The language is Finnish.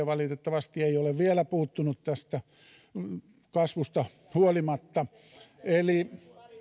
valitettavasti ei ole vielä puuttunut tästä kasvusta huolimatta eli